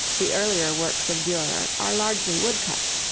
the earlier works of durer are largely wood-cuts,